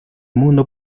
mundo